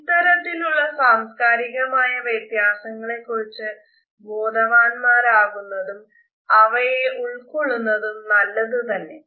ഇത്തരത്തിലുള്ള സാംസ്കാരികമായ വ്യത്യാസങ്ങളെക്കുറിച്ചു ബോധവാന്മാരാകുന്നതും അവയെ ഉള്കൊള്ളുന്നതും നല്ലത് തന്നെ